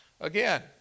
again